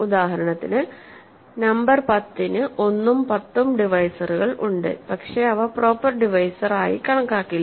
ഉദാഹരണത്തിന് നമ്പർ 10 ന് 1 ഉം 10 ഉം ഡിവൈസറുകൾ ഉണ്ട് പക്ഷേ അവ പ്രോപ്പർ ഡിവൈസർ ആയി കണക്കാക്കില്ല